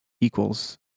equals